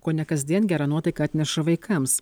kone kasdien gerą nuotaiką atneša vaikams